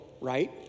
right